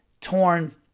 torn